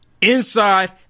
inside